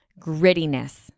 grittiness